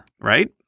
Right